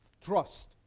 Trust